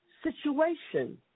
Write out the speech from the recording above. situation